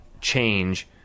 change